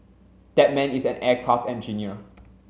that man is an aircraft engineer